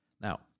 Now